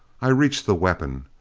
i reached the weapon.